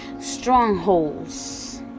strongholds